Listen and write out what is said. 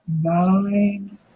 nine